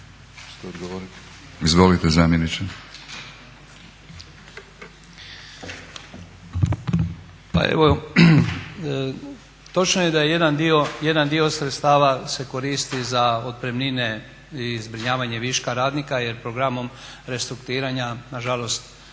**Antešić, Zdenko (SDP)** Točno je da jedan dio sredstava se koristi za otpremnine i zbrinjavanje viška radnika jer programom restrukturiranja nažalost